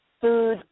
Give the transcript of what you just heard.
food